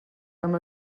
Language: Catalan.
amb